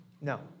No